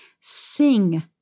sing